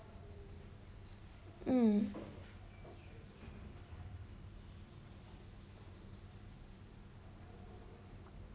mm